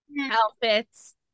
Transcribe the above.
outfits